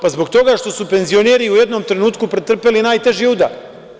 Pa, zbog toga što su penzioneri u jednom trenutku pretrpeli najteži udar.